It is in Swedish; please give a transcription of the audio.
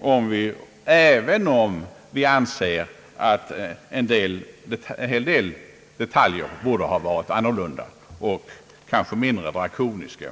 en, även om vi anser att en hel del detaljer borde ha varit utformade annorlunda och kanske mindre drakoniskt.